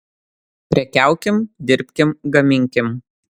prekiaukim dirbkim gaminkim